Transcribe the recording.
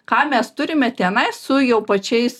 ką mes turime tenai su jau pačiais